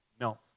No